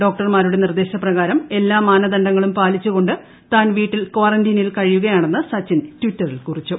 ഡോക്ടർമാരുടെ നിർദ്ദേശ പ്രകാരം എല്ലാ മാനദണ്ഡങ്ങളും പാലിച്ചുകൊണ്ട് താൻ വീട്ടിൽ കോറന്റിനിൽ കഴിയുകയാണെന്ന് സച്ചിൻ ട്വിറ്ററിൽ കുറിച്ചു